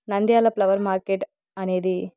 Nandyal flower market అనేది